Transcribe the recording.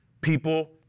people